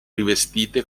rivestite